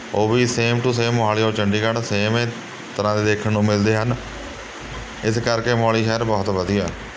ਉਹ ਵੀ same to same Mohali ਔਰ ਚੰਡੀਗੜ੍ਹ ਸੇਮ ਏ ਤਰ੍ਹਾਂ ਦੇ ਦੇਖਣ ਨੂੰ ਮਿਲਦੇ ਹਨ ਇਸ ਕਰਕੇ ਮੋਹਾਲੀ ਸ਼ਹਿਰ ਬਹੁਤ ਵਧੀਆ